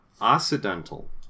Occidental